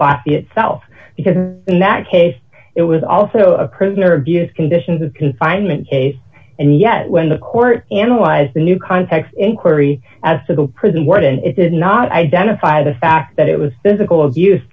box itself because in that case it was also a prisoner abuse conditions of confinement case and yet when the court analyzed the new context inquiry as to the prison warden it did not identify the fact that it was physical abuse